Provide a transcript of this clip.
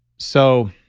so